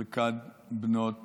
חלקן בנות